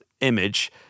image